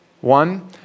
One